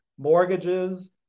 Mortgages